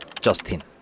Justin